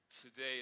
today